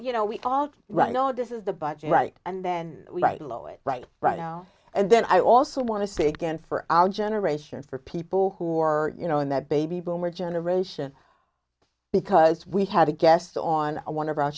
you know we all right know this is the budget right and then low it right right now and then i also want to say again for generation for people who are you know in that baby boomer generation because we had a guest on one of